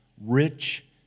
rich